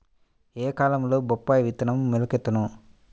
ఏ కాలంలో బొప్పాయి విత్తనం మొలకెత్తును?